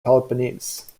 peloponnese